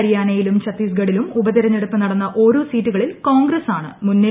ഹരിയാനയിലും ഛത്തീസ്ഗഡിലും ഉപതിരഞ്ഞെടുപ്പ് നടന്ന ഒരോ സീറ്റുകളിൽ കോൺഗ്രസ് ആണ് മുന്നിൽ